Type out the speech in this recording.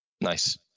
Nice